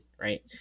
right